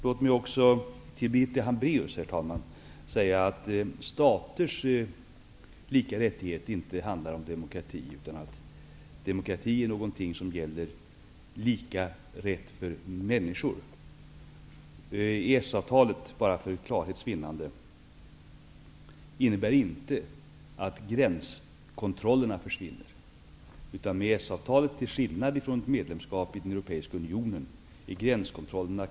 Låt mig också till Birgitta Hambraues säga att staters lika rättigheter inte handlar om demokrati. Demokrati är någonting som gäller lika rätt för människor. Jag vill också, för klarhets vinnande, säga att EES-avtalet inte innebär att gränskontrollerna försvinner. Med EES-avtalet är gränskontrollerna kvar, till skillnad från om vi har ett medlemskap i den europeiska unionen.